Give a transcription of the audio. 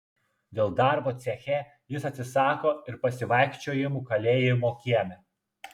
dėl darbo ceche jis atsisako ir pasivaikščiojimų kalėjimo kieme